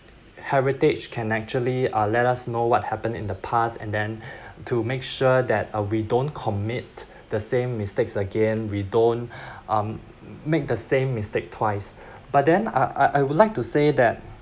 heritage can actually uh let us know what happened in the past and then to make sure that uh we don't commit the same mistakes again we don't um make the same mistake twice but then I I I would like to say that